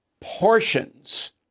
portions